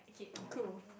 cool